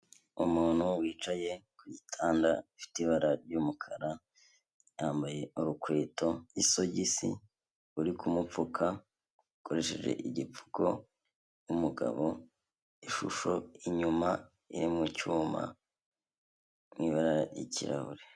Umuntu wicaye ku gitanda gifite ibara ry'umukara, yambaye urukweto, isogisi, uri kumupfuka ukoresheje igipfuko w'umugabo, ishusho inyuma iri mu cyuma mu ibara ry'ikirahure.